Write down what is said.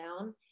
down